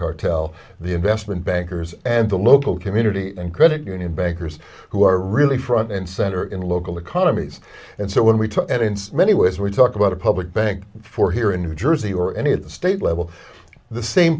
cartel the investment bankers and the local community and credit union bankers who are really front and center in local economies and so when we took it in many ways we talk about a public bank for here in new jersey or any of the state level the same